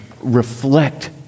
reflect